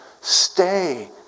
stay